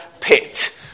pit